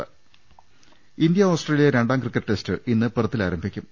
രുവെട്ടിരു India Australia രണ്ടാം cricket test ഇന്ന് പെർത്തിൽ ആരംഭി ക്കും